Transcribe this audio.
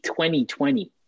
2020